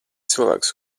cilvēks